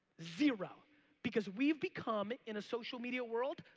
zero because we've become, in a social media world,